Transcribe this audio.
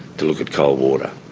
to look at coal-water.